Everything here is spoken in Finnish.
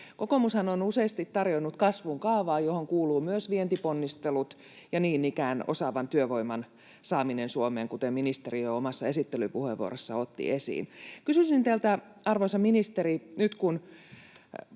Kokoomushan on useasti tarjonnut kasvun kaavaa, johon kuuluvat myös vientiponnistelut ja niin ikään osaavan työvoiman saaminen Suomeen, kuten ministeri jo omassa esittelypuheenvuorossaan otti esiin. Kysyisin teiltä, arvoisa ministeri, nyt kun me